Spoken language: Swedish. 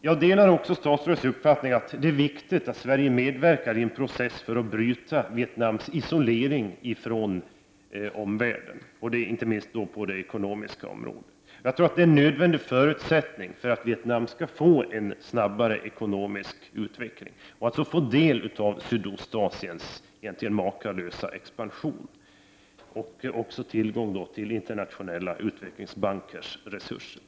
Jag delar också statsrådets uppfattning att det är viktigt att Sverige medverkar i en process för att bryta Vietnams isolering från omvärlden, inte minst på det ekonomiska området. Jag tror att det är en nödvändig förutsättning för att Vietnam skall få en snabbare ekonomisk utveckling och få del av Sydostasiens egentligen makalösa expansion på det ekonomiska området, och tillgång till internationella utvecklingsbankers resurser.